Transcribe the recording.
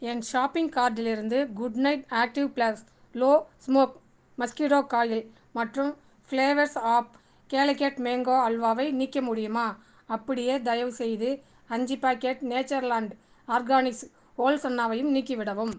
என் shopping கார்ட்டிலிருந்து good night active plus low smoke mosquito coil மற்றும் flavours of Calicut mango அல்வாவை நீக்க முடியுமா அப்படியே தயவுசெய்து அஞ்சு பேக்கெட் நேச்சர்லாண்ட் ஆர்கானிக்ஸ் ஹோல் சன்னாவையும் நீக்கிவிடவும்